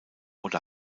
oder